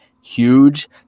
huge